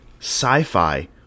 Sci-Fi